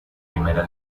primera